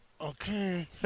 Okay